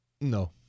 No